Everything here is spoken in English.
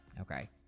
okay